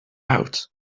out